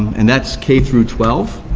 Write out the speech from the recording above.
and that's k through twelve.